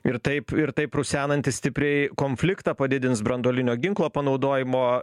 ir taip ir taip rusenantį stipriai konfliktą padidins branduolinio ginklo panaudojimo